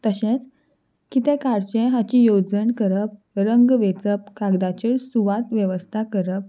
तशेंच कितें काडचें हाची येवजण करप रंग वेंचप कागदाचेर सुवात वेवस्था करप